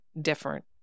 different